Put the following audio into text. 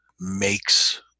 makes